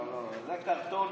לא, זה קרטונים.